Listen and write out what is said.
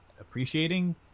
appreciating